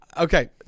Okay